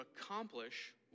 accomplish